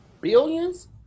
billions